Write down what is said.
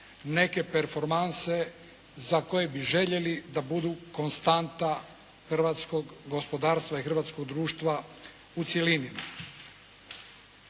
neke performanse za koje bi željeli da budu konstanta hrvatskog gospodarstva i hrvatskog društva u cjelini.